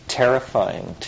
terrifying